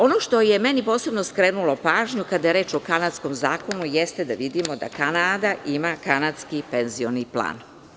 Ono što je meni posebno skrenulo pažnju, kada je reč o kanadskom zakonu, jeste da vidimo da Kanada ima kanadski penzioni plan.